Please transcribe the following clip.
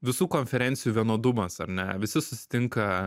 visų konferencijų vienodumas ar ne visi susitinka